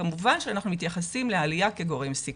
כמובן שאנחנו מתייחסים לעלייה כגורם סיכון.